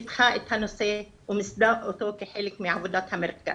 פיתחה את הנושא ומיסדה אותו כחלק מעבודת המרכז.